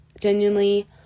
genuinely